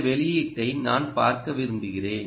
இந்த வெளியீட்டை நான் பார்க்க விரும்புகிறேன்